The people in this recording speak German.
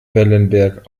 wellenberg